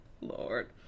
Lord